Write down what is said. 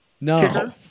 No